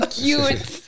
cute